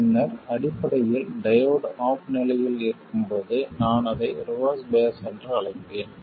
பின்னர் அடிப்படையில் diode off நிலையில் இருக்கும் போது நான் அதை ரிவர்ஸ் பயாஸ் என்று அழைப்பேன்